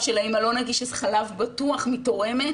חלב האימא לא נגיש אז חלב בטוח מתורמת